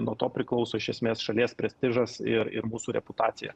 nuo to priklauso iš esmės šalies prestižas ir ir mūsų reputacija